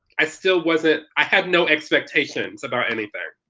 i still wasn't, i had no expectations about anything.